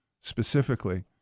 specifically